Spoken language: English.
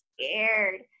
scared